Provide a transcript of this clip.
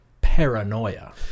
paranoia